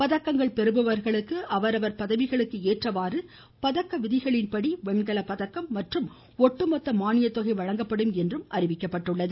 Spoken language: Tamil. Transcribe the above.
பதக்கங்கள் பெறுபவர்களுக்கு அவரவர் பதவிகளுக்கேற்றவாறு பதக்க விதிகளின்படி வெண்கல பதக்கம் மற்றும் ஒட்டுமொத்த மானியத்தொகை வழங்கப்படும் என்றும் தெரிவிக்கப்பட்டுள்ளது